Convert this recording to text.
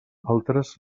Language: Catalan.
altres